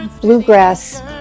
bluegrass